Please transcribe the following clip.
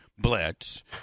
blitz